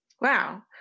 Wow